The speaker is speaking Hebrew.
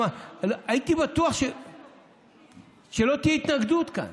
הייתי בטוח שלא תהיה התנגדות כאן.